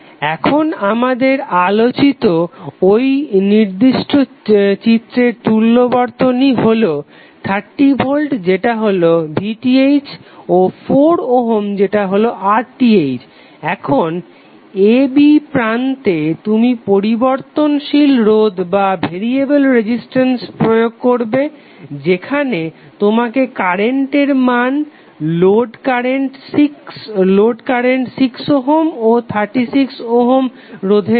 এখন আমাদের আলোচিত ঐ নির্দিষ্ট চিত্রের তুল্য বর্তনী হলো 30V যেটা হলো VTh ও 4 ওহম যেটা হলো RTh এবং a b প্রান্তে তুমি পরিবর্তনশীল রোধ প্রয়োগ করবে যেখানে তোমাকে কারেন্টের মান লোড কারেন্ট 6 ওহম ও 36 ওহম রধ্রে জন্য